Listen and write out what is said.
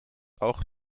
auch